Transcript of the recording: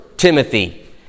Timothy